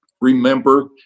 remember